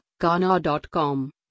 Ghana.com